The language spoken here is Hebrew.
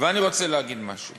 ואני רוצה להגיד משהו